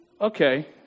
okay